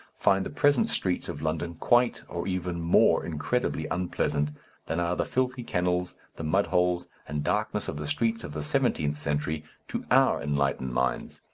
find the present streets of london quite or even more incredibly unpleasant than are the filthy kennels, the mudholes and darkness of the streets of the seventeenth century to our enlightened minds.